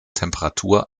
temperatur